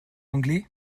anglais